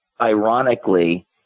ironically